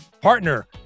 partner